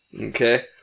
Okay